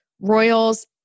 Royals